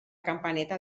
campaneta